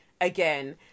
again